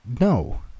No